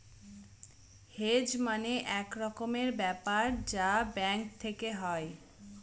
hedge মানে এক রকমের ব্যাপার যা ব্যাঙ্ক থেকে হয়